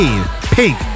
Pink